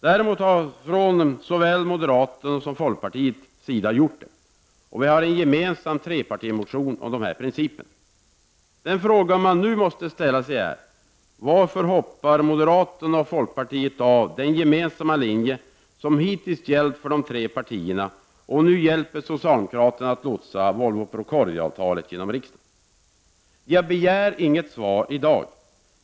Däremot har såväl moderaterna som folkpartiet gjort det. Vi har en gemensam trepartimotion om dessa principer. Den fråga man nu måste ställa är: Varför hoppar moderaterna och folkpartiet av den gemensamma linje som hittills gällt för de tre partierna och nu hjälper socialdemokraterna att lotsa Volvo—Procordia-avtalet genom riksdagen? Jag begär inget svar i dag.